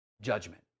judgment